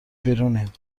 بیرونیم